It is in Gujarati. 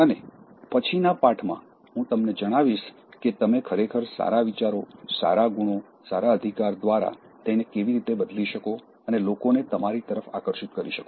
અને પછીના પાઠમાં હું તમને જણાવીશ કે તમે ખરેખર સારા વિચારો સારા ગુણો સારા અધિકાર દ્વારા તેને કેવી રીતે બદલી શકો અને લોકોને તમારી તરફ આકર્ષિત કરી શકો